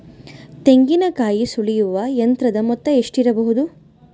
ತೆಂಗಿನಕಾಯಿ ಸುಲಿಯುವ ಯಂತ್ರದ ಮೊತ್ತ ಎಷ್ಟಿರಬಹುದು?